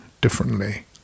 differently